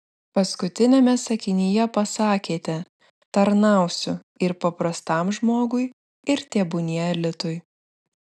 paskutiniame sakinyje pasakėte tarnausiu ir paprastam žmogui ir tebūnie elitui